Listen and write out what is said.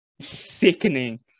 sickening